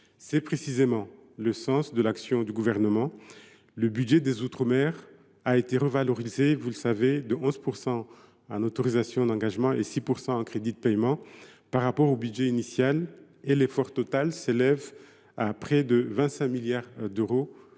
C’est précisément le sens de l’action du Gouvernement : le budget des outre mer a été revalorisé de 11 % en autorisations d’engagement et de 6 % en crédits de paiement par rapport au budget initial. L’effort total s’élève à près de 25 milliards d’euros,